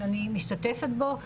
ואני משתתפת בו.